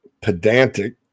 pedantic